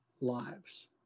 lives